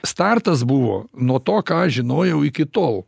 startas buvo nuo to ką aš žinojau iki tol